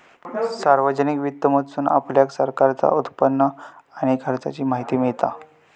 सार्वजनिक वित्त मधसून आपल्याक सरकारचा उत्पन्न आणि खर्चाची माहिती मिळता